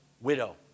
widow